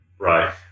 Right